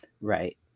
Right